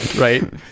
right